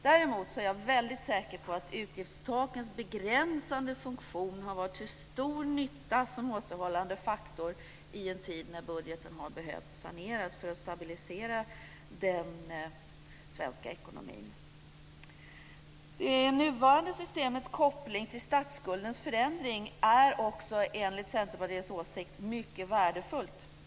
Däremot är jag väldigt säker på att utgiftstakens begränsande funktion har varit till stor nytta som återhållande faktor i en tid när budgeten har behövt saneras för att stabilisera den svenska ekonomin. Det nuvarande systemets koppling till statsskuldens förändring är också mycket värdefull enligt Centerpartiets åsikt.